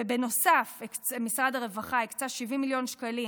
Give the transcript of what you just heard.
ובנוסף משרד הרווחה הקצה 70 מיליון שקלים